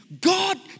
God